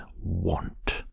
want